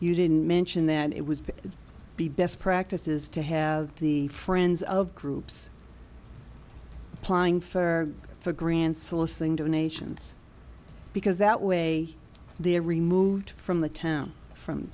you didn't mention that it would be best practices to have the friends of groups applying for for grants soliciting donations because that way they're removed from the town from